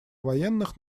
военных